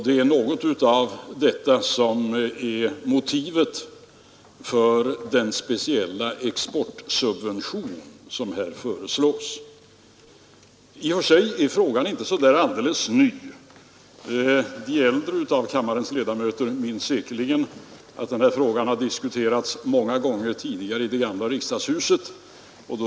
Det är något av detta som är motivet för den speciella exportsubvention som här föreslås. I och för sig är frågan inte så alldeles ny. De äldre av kammarens ledamöter minns säkerligen att den har diskuterats många gånger tidigare i det gamla riksdagshuset.